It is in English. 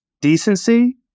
decency